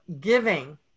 giving